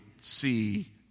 see